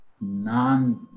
non